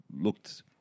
looked